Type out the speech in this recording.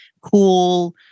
cool